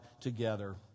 together